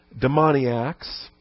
demoniacs